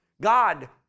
God